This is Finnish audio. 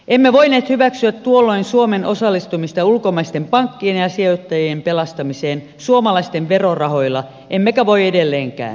emme voineet hyväksyä tuolloin suomen osallistumista ulkomaisten pankkien ja sijoitta jien pelastamiseen suomalaisten verorahoilla emmekä voi edelleenkään